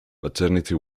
maternity